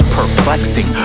perplexing